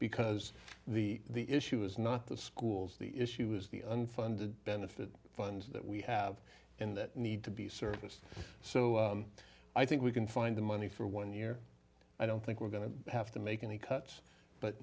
because the issue is not the schools the issue is the unfunded benefit funds that we have in that need to be serviced so i think we can find the money for one year i don't think we're going to have to make any cuts but